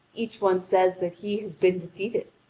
each one says that he has been defeated.